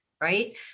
Right